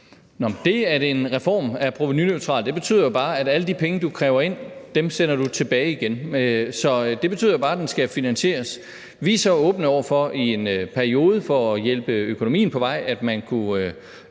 Det, at en reform er provenuneutral, betyder jo bare, at alle de penge, du kræver ind, sender du tilbage igen, så det betyder bare, at den skal finansieres. Vi er så åbne over for i en periode for at hjælpe økonomien på vej, at man kunne